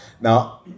Now